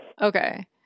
Okay